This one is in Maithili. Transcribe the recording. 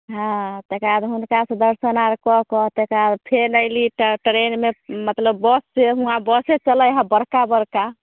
हँ तकरा बाद हुनका से दर्शन आर कऽ कऽ तकरा बाद फेन अयली तऽ ट्रेन मे मतलब बस से हुआँ बसे चलै है बड़का बड़का